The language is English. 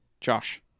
Josh